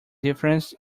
difference